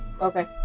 Okay